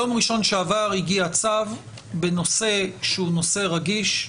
ביום ראשון שעבר הגיע צו בנושא שהוא נושא רגיש,